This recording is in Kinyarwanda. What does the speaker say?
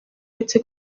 uretse